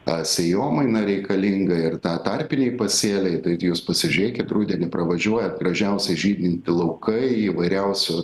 ta sėjomaina reikalinga ir tą tarpiniai pasėliai taigi jūs pasižiūrėkit rudenį pravažiuojat gražiausiai žydinti laukai įvairiausių